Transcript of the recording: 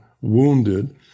wounded